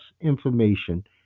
information